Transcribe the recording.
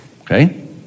Okay